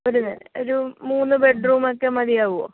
ഒരു നില ഒരു മൂന്ന് ബെഡ് റൂമൊക്കെ മതിയാവോ